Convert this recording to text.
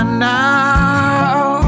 now